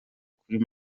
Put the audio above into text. kuri